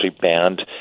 banned